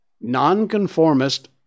Nonconformist